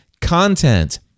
content